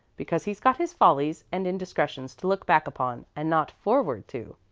because he's got his follies and indiscretions to look back upon and not forward to.